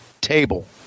table